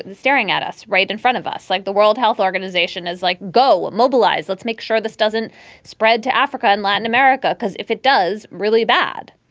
staring at us right in front of us, like the world health organization is, like, go mobilize. let's make sure this doesn't spread to africa and latin america. because if it does, really bad